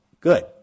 good